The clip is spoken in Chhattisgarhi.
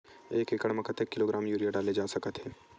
एक एकड़ म कतेक किलोग्राम यूरिया डाले जा सकत हे?